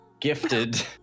gifted